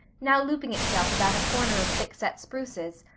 now looping itself about a corner of thick set spruces,